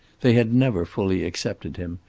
they had never fully accepted him,